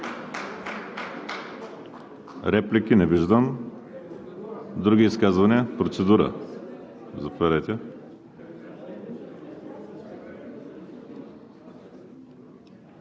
Реплики? Няма. Други изказвания? Процедура – заповядайте.